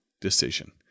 decision